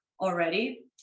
already